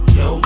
yo